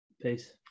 peace